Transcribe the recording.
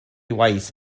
waith